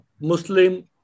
Muslim